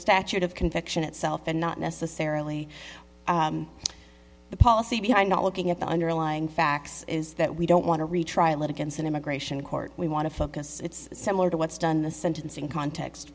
statute of conviction itself and not necessarily the policy behind not looking at the underlying facts is that we don't want to retry litigants in immigration court we want to focus it's similar to what's done in a sentencing context